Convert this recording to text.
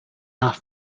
not